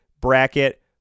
bracket